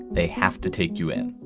they have to take you in.